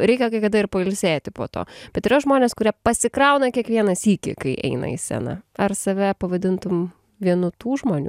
reikia kai kada ir pailsėti po to bet yra žmonės kurie pasikrauna kiekvieną sykį kai eina į sceną ar save pavadintum vienu tų žmonių